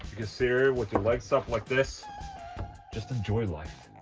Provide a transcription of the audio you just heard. with your legs up like this just enjoy life